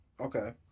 okay